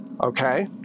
Okay